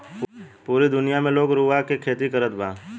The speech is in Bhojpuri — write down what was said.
पूरा दुनिया में लोग रुआ के खेती करत बा